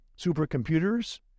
supercomputers